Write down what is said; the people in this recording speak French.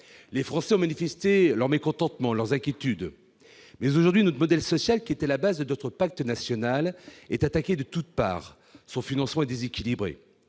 Les Français ont manifesté leur mécontentement et leurs inquiétudes. Aujourd'hui, notre modèle social, qui était la base de notre pacte national, est attaqué de toutes parts. Son financement est déséquilibré